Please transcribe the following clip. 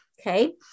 Okay